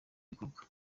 bikorwa